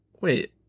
Wait